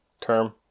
term